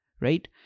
right